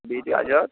bit গাজর